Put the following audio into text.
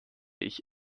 ich